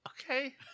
Okay